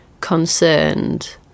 concerned